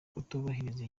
kutubahiriza